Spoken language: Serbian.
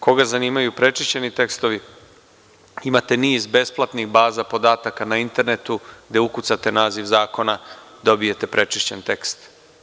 Koga zanimaju prečišćeni tekstovi, imate niz besplatnih baza podataka na internetu gde ukucate naziv zakona i dobijate prečišćen tekst.